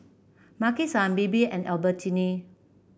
Maki San Bebe and Albertini